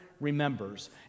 remembers